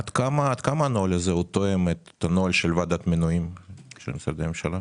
עד כמה הנוהל הזה תואם את הנוהל של ועדת המינויים שנמצאת בממשלה?